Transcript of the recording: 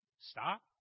stop